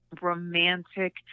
romantic